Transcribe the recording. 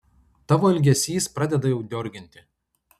tavo elgesys pradeda jau diorginti